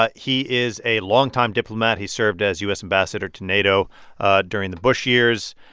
ah he is a longtime diplomat. he served as u s. ambassador to nato ah during the bush years,